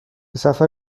سفر